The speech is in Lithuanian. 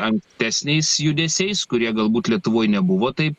ankstesniais judesiais kurie galbūt lietuvoj nebuvo taip